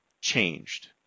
changed